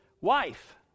wife